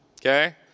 okay